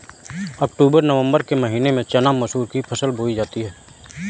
अक्टूबर नवम्बर के महीना में चना मसूर की फसल बोई जाती है?